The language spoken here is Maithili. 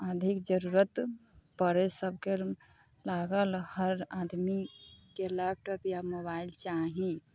अधिक जरुरत पड़ै सबके लागल हर आदमीके लैपटॉप या मोबाइल चाही